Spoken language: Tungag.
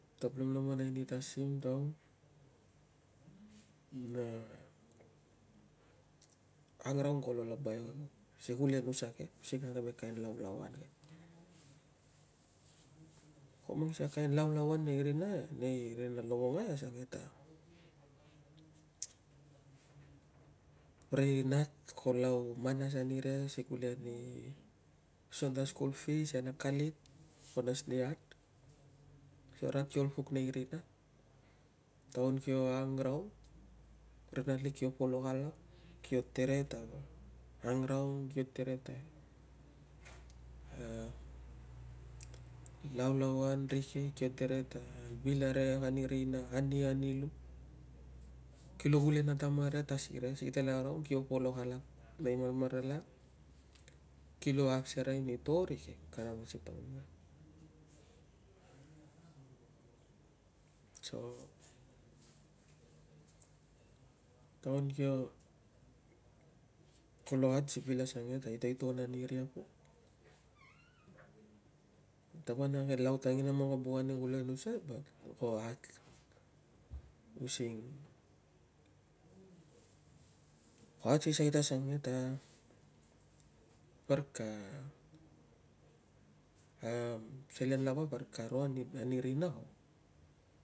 Tab lomlomonai ni tasim, taum, na ang raung kolo laba si kulenusa ke si kara kain laulauan ke. Ko mang sikei a kain laulauan nei rina, nei rina lovongai asuang ke ta, ri nat kio lau manas ani ria si gule ni asuang ta school fee asian akalit, ko nas ni hard. Ria kio ol pok nei rina, taun kio ang raung, ri natlik kio polok alak kio tere ta ang raung, kio tere ta laulauan rikek, kio tere ta vil arikek ani rina, ani ani lu, kilo gule na tamaria, tasiria si kita la raung iria. Kio polok alak nei mamaralan, kilo asereai ani to rikek kana vang si taun ke. So, taun kio, kolo hard si bil asukang ke ta itoiton ani ria pok. Kan ta van, a lau tanginang ko buk ane kulenusa, ko hard lik using, ko hard si side asukang ke ta parik ka, selen lava parik ka ro ane rina.